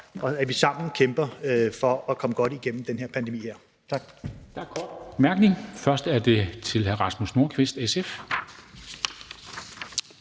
at vi sammen kæmper for at komme godt igennem den her pandemi. Tak.